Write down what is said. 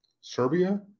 Serbia